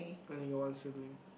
I only got one sibling